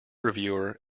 reviewer